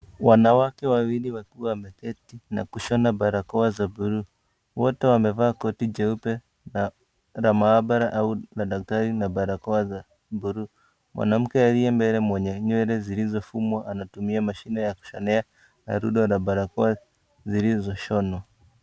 Wanawake wawili wakiwa wameketi na kushona barakoa za buluu. Wote wamevaa koti jeupe la maabala au la daktari na barakoa za buluu. Mwanamke aliye mbele mwenye nywele zilizofumwa anatumia mashine ya kushonea na rundo la barakoa zilizoshonwa.